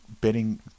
betting